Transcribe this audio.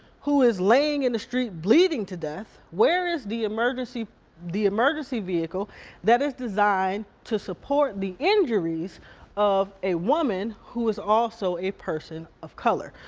who is laying in the street bleeding to death, where is the emergency the emergency vehicle that is designed to support the injuries of a woman who is also a person of color.